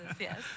yes